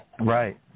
Right